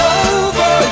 over